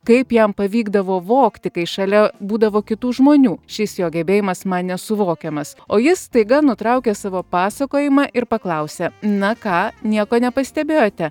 kaip jam pavykdavo vogti kai šalia būdavo kitų žmonių šis jo gebėjimas man nesuvokiamas o jis staiga nutraukė savo pasakojimą ir paklausė na ką nieko nepastebėjote